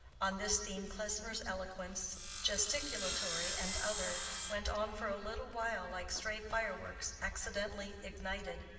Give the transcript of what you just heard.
on this theme klesmer's eloquence, gesticulatory and other, went on for a little while like stray fireworks accidentally ignited,